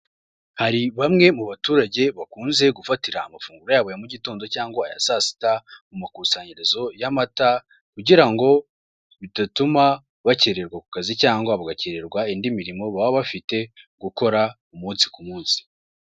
Hari bamwe mu baturage bakunze gufatira amafunguro yabo ya mu gitondo cyangwa aya saa sita, mu makusanyirizo y'amata kugira ngo bidatuma bakererwa ku kazi cyangwa bagakererwa indi mirimo baba bafite gukora umunsi ku munsi.